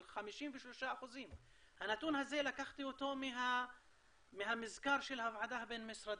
על 53%. את הנתון הזה לקחתי מהמזכר של הוועדה הבין משרדית,